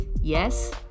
Yes